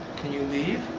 can you leave?